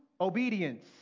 obedience